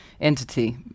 entity